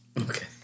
Okay